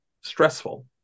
stressful